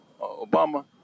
Obama